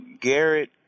Garrett